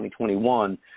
2021